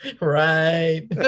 Right